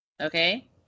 Okay